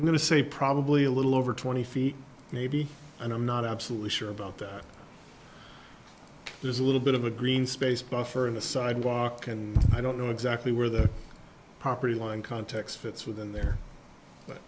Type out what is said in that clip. going to say probably a little over twenty feet maybe and i'm not absolutely sure about that there's a little bit of a green space buffer in the sidewalk and i don't know exactly where the property line context fits within the